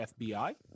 FBI